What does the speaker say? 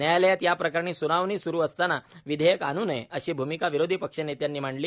न्यायालयात या प्रकरणी स्नावणी स्रू असताना विधेयक आणू नये अशी भूमिका विरोधी पक्षनेत्यांनी मांडली